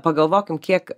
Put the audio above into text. pagalvokim kiek